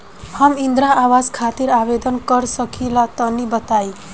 हम इंद्रा आवास खातिर आवेदन कर सकिला तनि बताई?